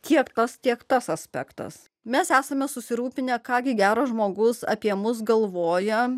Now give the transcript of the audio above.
tiek tos tiek tas aspektas mes esame susirūpinę ką gi gero žmogus apie mus galvoja